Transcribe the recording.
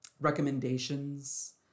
Recommendations